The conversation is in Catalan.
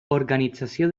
organització